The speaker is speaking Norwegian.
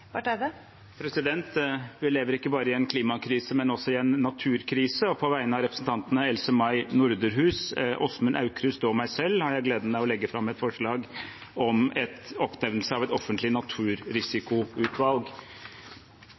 Barth Eide vil fremsette to representantforslag. Vi lever ikke bare i en klimakrise, men også i en naturkrise. På vegne av representantene Else-May Norderhus, Åsmund Aukrust og meg selv har jeg gleden av å legge fram et forslag om oppnevnelse av et offentlig naturrisikoutvalg.